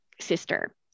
sister